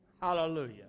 Hallelujah